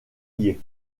liées